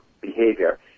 behavior